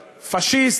פאשיסט,